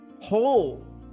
whole